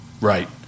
Right